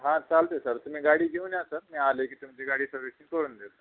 हा चालते स तुम्ही गाडी घेऊन या सर मी आले की तुमची गाडी सर्विसिंग करून देतो